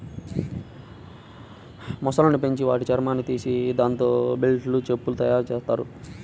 మొసళ్ళను పెంచి వాటి చర్మాన్ని తీసి దాంతో బెల్టులు, చెప్పులు తయ్యారుజెత్తారు